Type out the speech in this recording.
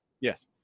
Yes